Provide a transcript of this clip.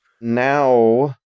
now